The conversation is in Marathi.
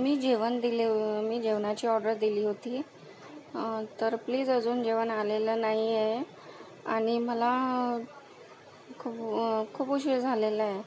मी जेवण दिले व मी जेवणाची ऑर्डर दिली होती तर प्लीज अजून जेवण आलेलं नाही आहे आणि मला खूप खूप उशीर झालेला आहे